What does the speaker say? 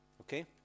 okay